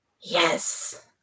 Yes